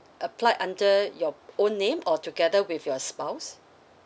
applied under your own name or together with your spouse